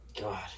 God